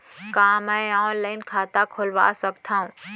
का मैं ऑनलाइन खाता खोलवा सकथव?